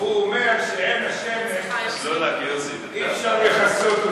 הוא אומר שעין השמש, אי-אפשר לכסות אותה.